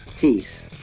Peace